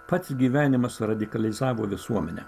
pats gyvenimas radikalizavo visuomenę